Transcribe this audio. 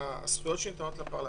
הזכויות שניתנות לפרלמנט,